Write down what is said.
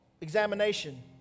examination